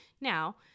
now